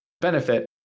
benefit